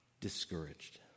discouraged